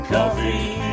Coffee